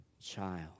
child